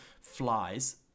flies